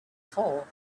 fall